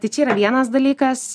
tai čia yra vienas dalykas